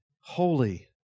holy